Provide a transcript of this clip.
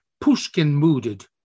Pushkin-mooded